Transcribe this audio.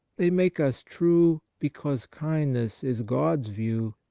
they make us true, because kindness is god's view,